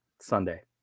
Sunday